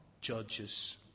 judges